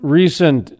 recent